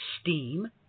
steam